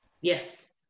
Yes